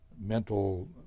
mental